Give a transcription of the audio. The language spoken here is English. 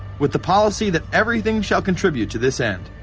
with the policy that everything shall contribute to this end.